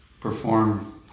perform